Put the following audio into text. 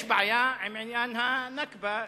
יש בעיה עם עניין ה"נכבה".